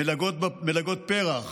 מלגות פר"ח,